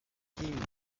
kim